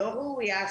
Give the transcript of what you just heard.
לא ראויה,